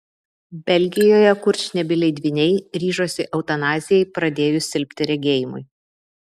belgijoje kurčnebyliai dvyniai ryžosi eutanazijai pradėjus silpti regėjimui